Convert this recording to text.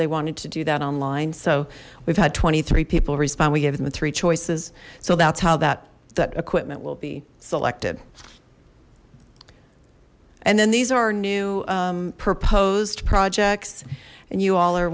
they wanted to do that online so we've had twenty three people respond we gave them the three choices so that's how that that equipment will be selected and then these are new proposed projects and you all are